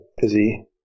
busy